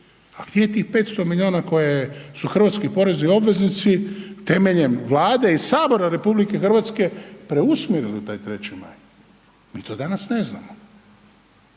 je tih 500 milijuna koje su hrvatski porezni obveznici temeljem Vlade i Sabora RH preusmjerili taj 3. Maj i to danas ne znamo.